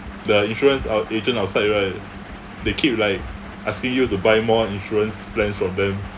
the insurance out~ agent outside right they keep like asking you to buy more insurance plans from them